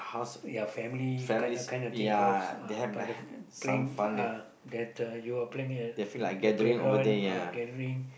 ya family kind of kind of thing house uh by the playing uh that uh you're playing in the playground uh gathering